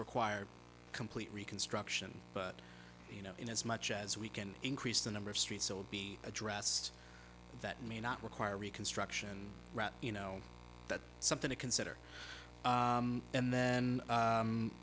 require complete reconstruction but you know in as much as we can increase the number of streets it would be addressed that may not require reconstruction you know that's something to consider and then num